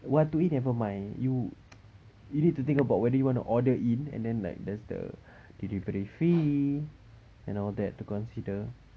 what to eat nevermind you you need to think about whether you want to order in and then like there's the delivery fee and all that to consider